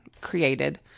created